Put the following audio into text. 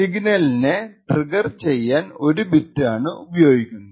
സിഗ്നലിനെ ട്രിഗർ ചെയ്യാൻ ഒരു ബിറ്റ് ആണ് ഉപയോഗിക്കുന്നത്